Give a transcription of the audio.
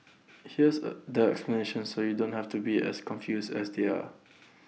here's A the explanation so you don't have to be as confused as they are